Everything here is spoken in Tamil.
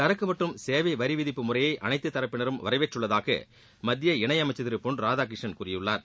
சரக்கு மற்றும் சேவை வரி விதிப்பு முறையை அனைத்து தரப்பினரும் வரவேற்றுள்ளதாக மத்திய இணையமைச்சர் திரு பொன் ராதாகிருஷ்ணன் கூறியுள்ளார்